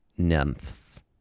nymphs